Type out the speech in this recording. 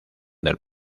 del